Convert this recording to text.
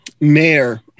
mayor